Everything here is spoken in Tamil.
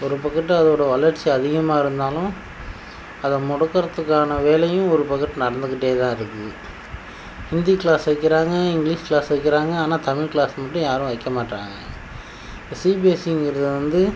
ஒரு பக்கத்தில் அதோடய வளர்ச்சி அதிகமாக இருந்தாலும் அதை முடக்குகிறதுக்கான வேலையும் ஒரு பக்கத்தில் நடந்துக்கிட்டே தான் இருக்குது ஹிந்தி கிளாஸ் வைக்கிறாங்க இங்கிலீஷ் கிளாஸ் வைக்கிறாங்க ஆனால் தமிழ் கிளாஸ் மட்டும் யாரும் வைக்கமாட்றாங்க எப்போ சிபிஎஸ்சிங்கிறது வந்து